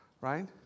Right